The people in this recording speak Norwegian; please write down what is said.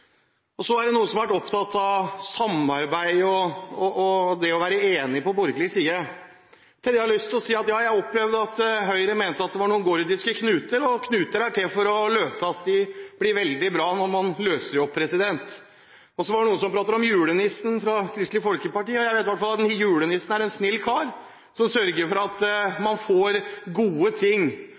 av. Så er det noen som har vært opptatt av samarbeid og det å være enig på borgerlig side. Til det har jeg lyst til å si at ja, jeg har opplevd at Høyre mente at det var noen gordiske knuter, og knuter er til for å løses. Det blir veldig bra når man løser dem opp. Så var det noen fra Kristelig Folkeparti som pratet om julenissen. Jeg vet i hvert fall at julenissen er en snill kar som sørger for at man får gode ting.